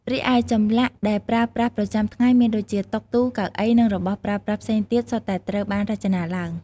រីឯ ចម្លាក់ដែលប្រើប្រាស់ប្រចាំថ្ងែមានដូចជា តុ ទូ កៅអី និងរបស់ប្រើប្រាស់ផ្សេងទៀត សុទ្ធតែត្រូវបានរចនាឡើង។